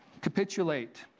capitulate